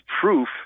proof